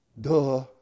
Duh